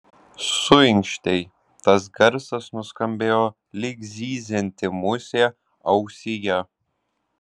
suinkštei tas garsas nuskambėjo lyg zyzianti musė ausyje